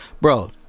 Bro